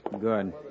Good